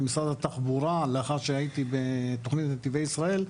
במשרד התחבורה, לאחר שהייתי בתוכנית נתיבי ישראל,